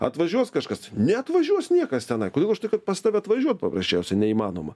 atvažiuos kažkas neatvažiuos niekas tenai kodėl už tai kad pas tave atvažiuot paprasčiausiai neįmanoma